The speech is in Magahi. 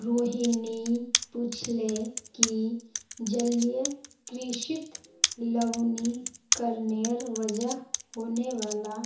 रोहिणी पूछले कि जलीय कृषित लवणीकरनेर वजह होने वाला